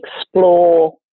explore